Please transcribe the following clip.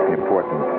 important